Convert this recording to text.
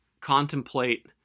contemplate